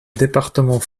département